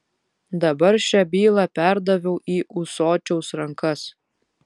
dabar šią bylą perdaviau į ūsočiaus rankas